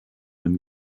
and